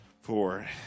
four